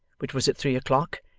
which was at three o'clock,